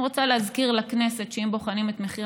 אני רוצה להזכיר לכנסת שאם בוחנים את מחיר